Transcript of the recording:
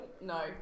No